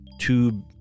tube